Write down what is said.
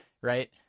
Right